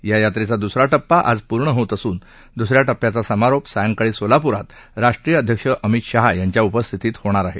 या यात्रेचा दुसरा ाॅपा आज पूर्ण होत असून दुसऱ्या ाॅप्याचा समारोप सायंकाळी सोलापुरात राष्ट्रीय अध्यक्ष अमित शहा यांच्या उपस्थितीत होणार आहे